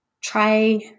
try